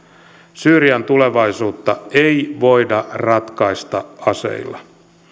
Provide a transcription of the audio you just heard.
syyrian tulevaisuutta ei voida ratkaista aseilla